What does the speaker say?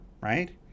right